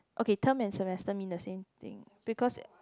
okay term and semester mean the same thing because